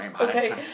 Okay